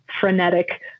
frenetic